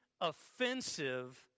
offensive